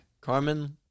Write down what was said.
Carmen